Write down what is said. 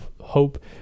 hope